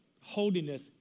holiness